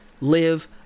live